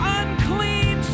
unclean